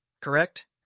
Correct